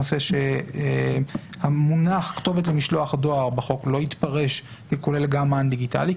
שהנושא שהמונח כתובת למשלוח דואר לא יתפרש ככולל גם מען דיגיטלי,